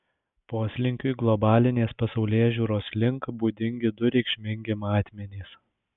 poslinkiui globalinės pasaulėžiūros link būdingi du reikšmingi matmenys